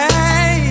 Hey